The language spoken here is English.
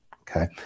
okay